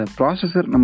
processor